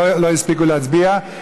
לא הספיקו להצביע.